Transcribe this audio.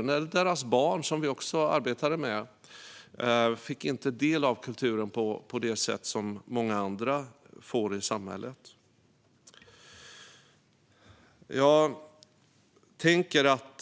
Inte heller deras barn, som vi också arbetade med, fick ta del av kulturen på det sätt som många andra i samhället får. Jag tänker att